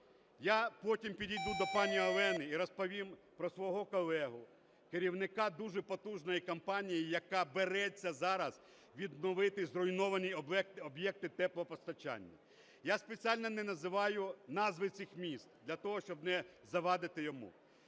Я потім підійду до пані Олени і розповім про свого колегу керівника дуже потужної компанії, яка береться зараз відновити зруйновані об'єкти теплопостачання. Я спеціально не називаю назви цих міст для того, щоб не завадити йому.